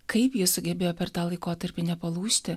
kaip ji sugebėjo per tą laikotarpį nepalūžti